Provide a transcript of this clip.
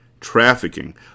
Trafficking